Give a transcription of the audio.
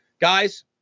Guys